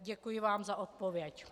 Děkuji vám za odpověď.